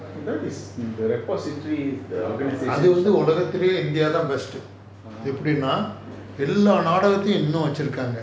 that is the record history is the organisation ah